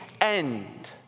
end